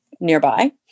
nearby